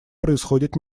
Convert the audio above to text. происходит